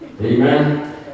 Amen